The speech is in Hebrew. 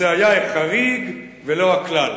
זה היה החריג ולא הכלל".